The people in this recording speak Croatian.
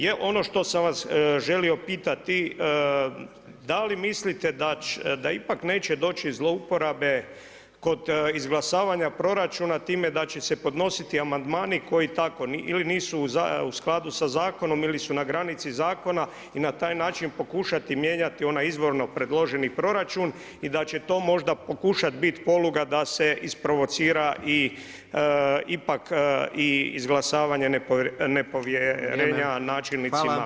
Je ono što sam vas želio pitati, da li mislite da ipak neće doći do uporabe kod izglasavanja proračuna, time da će se podnositi amandmani, koji tako, ili nisu u skladu sa zakonom ili su u granici zakona i na taj način pokušati mijenjati onaj izvorno preloženi proračun i da će to možda pokušati biti poluga da se isprovocira ipak i izglasavanje nepovjerenja načelnicima i gradonačelnicima.